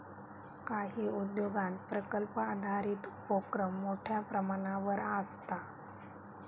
काही उद्योगांत प्रकल्प आधारित उपोक्रम मोठ्यो प्रमाणावर आसता